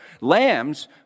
lambs